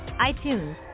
iTunes